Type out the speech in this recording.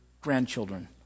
grandchildren